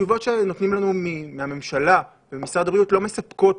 התשובות שאנו מקבלים מהממשלה וממשרד הבריאות לא מספקות,